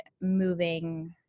moving